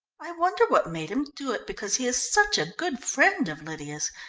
i wonder what made him do it, because he is such a good friend of lydia's,